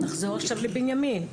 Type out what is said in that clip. נחזור עכשיו לבנימין,